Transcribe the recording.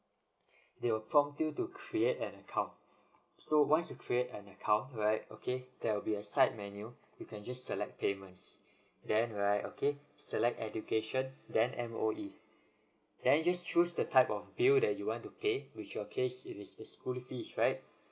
they will prompt you to create an account so once you create an account right okay that will be a side menu you can just select payments then right okay select education then M_O_E then just choose the type of bill that you want to pay which your case it is the school fees right